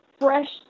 fresh